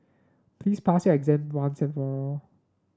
please pass your exam once and for all